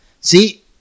See